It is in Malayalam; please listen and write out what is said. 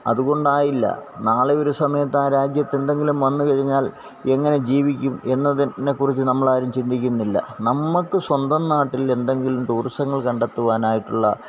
അതു കൊണ്ടായില്ല നാളെ ഒരു സമയത്താ രാജ്യത്ത് എന്തെങ്കിലും വന്നുകഴിഞ്ഞാല് എങ്ങനെ ജീവിക്കും എന്നതിനെക്കുറിച്ച് നമ്മളാരും ചിന്തിക്കുന്നില്ല നമ്മള്ക്ക് സ്വന്തം നാട്ടില് എന്തെങ്കിലും ടൂറിസങ്ങള് കണ്ടെത്തുവാനായിട്ടുള്ള